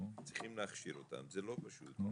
צריכים להכשיר אותם וזה לא פשוט.